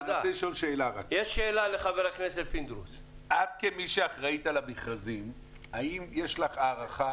אני רוצה לשאול שאלה: כמי שאחראית על המכרזים האם יש לך הערכה